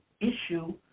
issue